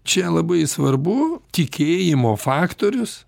čia labai svarbu tikėjimo faktorius